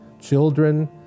children